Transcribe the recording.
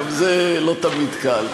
גם זה לא תמיד קל.